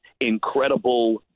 incredible